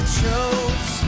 chose